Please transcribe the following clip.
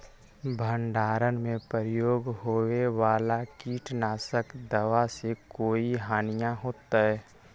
भंडारण में प्रयोग होए वाला किट नाशक दवा से कोई हानियों होतै?